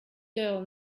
girl